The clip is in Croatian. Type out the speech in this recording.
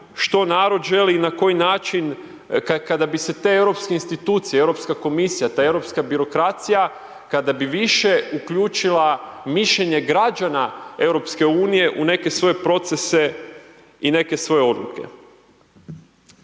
što narod želi i na koji način, kada bi se te europske institucije, Europska komisija, ta europska birokracija, kada bi više uključila mišljenje građana Europske unije u neke svoje procese i neke svoje odluke.